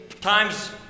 times